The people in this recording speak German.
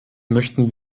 möchten